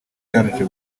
byarangije